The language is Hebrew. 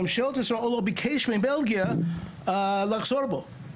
ממשלת ישראל לא ביקשה מבלגיה לחזור בה.